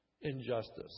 Injustice